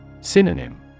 Synonym